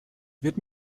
wird